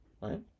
right